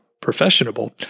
professional